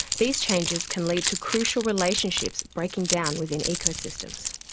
these changes can lead to crucial relationships breaking down within ecosystems.